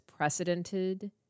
precedented